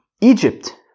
Egypt